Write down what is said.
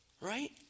right